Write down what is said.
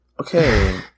Okay